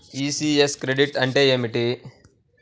ECS credit అంటే ఏమిటి?